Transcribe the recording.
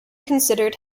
considered